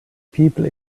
people